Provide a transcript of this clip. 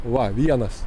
va vienas